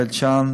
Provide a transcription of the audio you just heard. בית-שאן,